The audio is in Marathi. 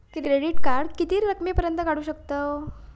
क्रेडिट कार्ड किती रकमेपर्यंत काढू शकतव?